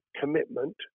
commitment